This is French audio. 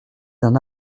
d’un